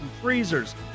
freezers